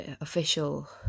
official